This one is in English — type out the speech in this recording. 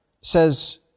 says